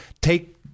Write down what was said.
take